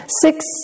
six